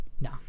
No